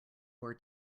war